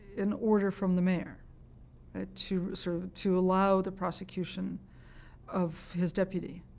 an order from the mayor ah to sort of to allow the prosecution of his deputy.